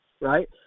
right